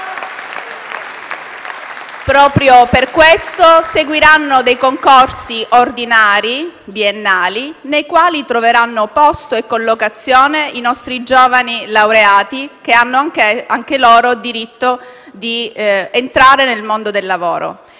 Proprio per questo seguiranno dei concorsi ordinari biennali nei quali troveranno posto e collocazione i nostri giovani laureati, che hanno anche loro diritto di entrare nel mondo del lavoro.